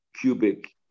cubic